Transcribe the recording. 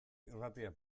irratia